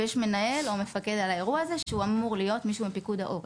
ויש מנהל או מפקד על האירוע הזה שהוא אמור להיות מישהו מפיקוד העורף.